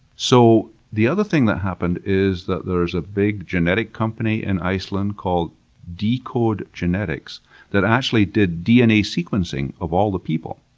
so, the other thing that happened is that there's a big genetic company in iceland called decode genetics that actually did dna sequencing of all the people.